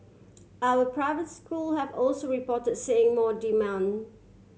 other private school have also reported seeing more demand